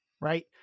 Right